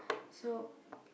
so